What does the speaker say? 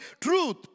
truth